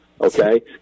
Okay